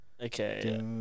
Okay